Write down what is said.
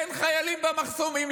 אין חיילים במחסומים.